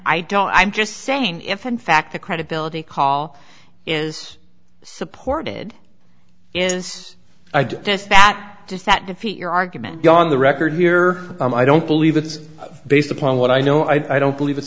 i don't i'm just saying if in fact the credibility call is supported yes i detest that does that defeat your argument beyond the record here i don't believe it is based upon what i know i don't believe it's